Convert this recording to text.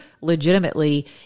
legitimately